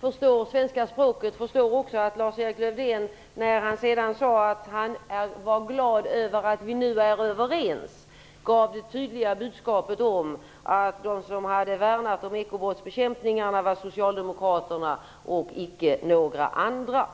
förstår svenska språket förstår också att han, när han sedan sade att han var glad över att vi nu är överens, gav ett tydligt budskap om att de som värnat om ekobrottsbekämpningen var socialdemokraterna, icke några andra.